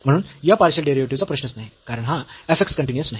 म्हणून या पार्शियल डेरिव्हेटिव्हचा प्रश्नच नाही कारण हा f x कन्टीन्यूअस नाही